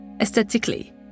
aesthetically